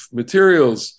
materials